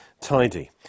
tidy